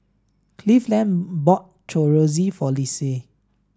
Cleveland bought Chorizo for Lissie